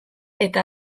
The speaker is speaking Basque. eta